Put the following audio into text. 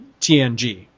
TNG